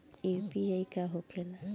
UPI का होखेला?